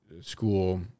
School